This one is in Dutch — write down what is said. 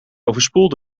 overspoeld